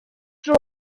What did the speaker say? dro